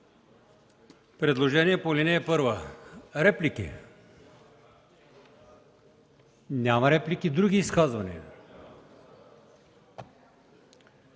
Предложение по ал. 1. Реплики? Няма реплики. Други изказвания?